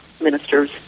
ministers